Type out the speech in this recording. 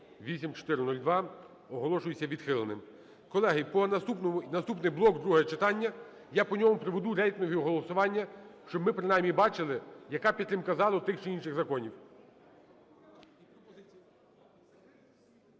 8402 оголошується відхиленим. Наступний блок, друге читання, я по ньому проведу рейтингове голосування, щоб ми принаймні бачили, яка підтримка залу тих чи інших законів.